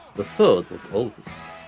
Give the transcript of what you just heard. the third was otis.